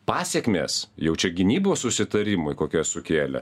pasekmės jau čia gynybos susitarimai kokias sukėlė